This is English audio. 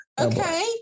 Okay